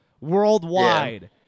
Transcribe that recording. worldwide